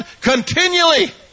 Continually